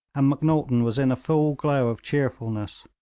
and macnaghten was in a full glow of cheerfulness.